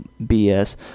BS